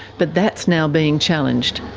but that's now being challenged.